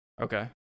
okay